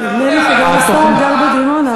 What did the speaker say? אז אל תטיף לי מוסר.